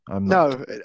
no